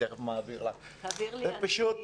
תעביר לי את השאלה.